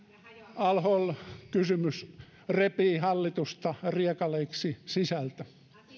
al hol kysymys repii hallitusta riekaleiksi sisältä